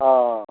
और